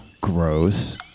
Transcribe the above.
Gross